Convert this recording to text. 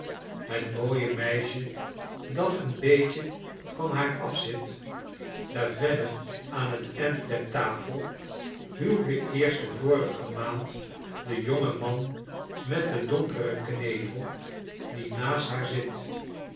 het mooie meisje dat een beetje van haar af zit daar verder aan t end der tafel huwde eerst de vorige maand den jongen man met den donkeren knevel die naast haar zit